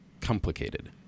complicated